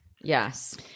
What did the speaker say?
Yes